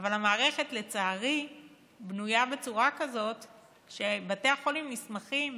אבל המערכת לצערי בנויה כך שבתי החולים נסמכים